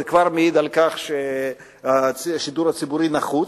זה כבר מעיד על כך שהשידור הציבורי נחוץ,